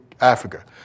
Africa